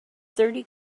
thirty